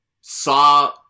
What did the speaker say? saw